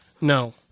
No